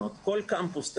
קמפוס כזה,